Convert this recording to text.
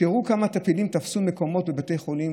תראו כמה טפילים תפסו מקומות בבתי חולים,